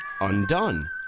Undone